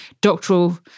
doctoral